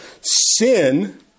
sin